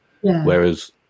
whereas